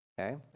Okay